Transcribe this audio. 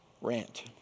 rant